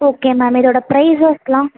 okay ma'am இதோட ப்ரைசஸ்லாம்